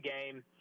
game